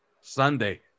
Sunday